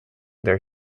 their